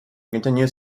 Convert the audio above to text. continues